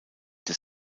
des